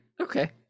Okay